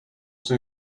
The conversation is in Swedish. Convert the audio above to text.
som